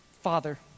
Father